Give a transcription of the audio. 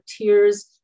tears